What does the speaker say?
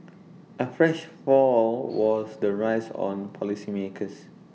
A fresh fall all was the raise on policymakers